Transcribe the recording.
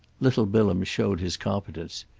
little bilham showed his competence.